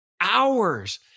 hours